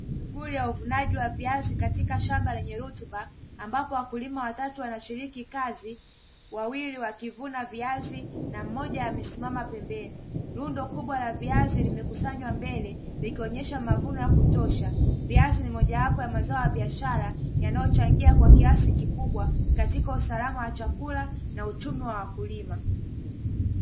Shuguli ya uvunaji wa viazi katika shamba lenye rutuba, ambapo wakulima watatu wanashiliki kazi wawil wakivuna viazi na mmoja amesimama pembeni, rundo kubwa la viazi limekusanywa mbele likionyesha mavuno ya kutosha, viazi ni moja ya zao la biashara linalochangia kwa kiasi kikubwa katika usalama wa chakula na uchumi wa wakulima.